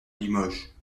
limoges